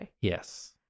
Yes